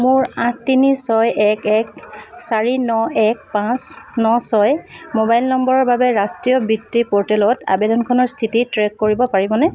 মোৰ আঠ তিনি ছয় এক এক চাৰি ন এক পাঁচ ন ছয় মোবাইল নম্বৰৰ বাবে ৰাষ্ট্ৰীয় বৃত্তি প'ৰ্টেলত আবেদনখনৰ স্থিতি ট্ৰে'ক কৰিব পাৰিবনে